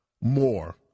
more